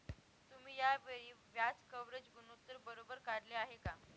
तुम्ही या वेळी व्याज कव्हरेज गुणोत्तर बरोबर काढले आहे का?